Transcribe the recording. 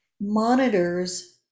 monitors